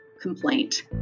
complaint